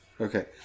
Okay